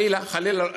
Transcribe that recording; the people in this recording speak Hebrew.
חלילה,